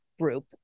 group